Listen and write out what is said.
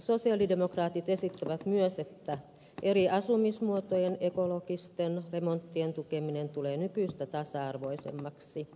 sosialidemokraatit esittävät myös että eri asumismuotojen ekologisten remonttien tukeminen tulee nykyistä tasa arvoisemmaksi